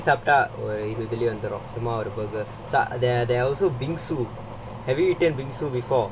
ரெண்டு பேரு சாப்டா இதுலயே வந்துடும் சும்மா ஒரு:rendu peru saapta idhulayae vandhudum summa oru burger there are also bingsu have you eaten bingsu before